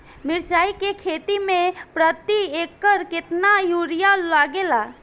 मिरचाई के खेती मे प्रति एकड़ केतना यूरिया लागे ला?